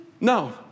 No